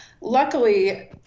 luckily